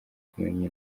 kumenya